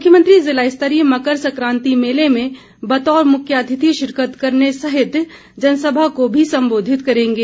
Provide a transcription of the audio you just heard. मुख्यमंत्री ज़िलास्तरीय मकर संक्रांति मेले में बतौर मुख्य अतिथि शिरकत करने सहित जनसभा को भी संबोधित करेंगे